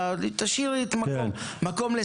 הכלכלה): את יכולה להגיד טיעון פוליטי אבל תשאירי מקום לספק.